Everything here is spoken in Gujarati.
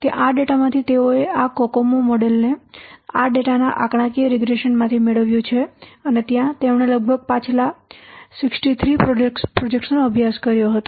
ત્યાં આ ડેટામાંથી તેઓએ આ કોકોમો મોડેલને આ ડેટાના આંકડાકીય રીગ્રેશન માંથી મેળવ્યું છે અને ત્યાં તેમણે લગભગ પાછલા 63 પ્રોજેક્ટ્સનો અભ્યાસ કર્યો હતો